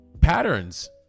patterns